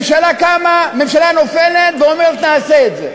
ממשלה קמה, ממשלה נופלת, ואומרת "נעשה את זה".